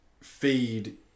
feed